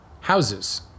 houses